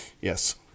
Yes